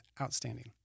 outstanding